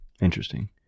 Interesting